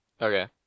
Okay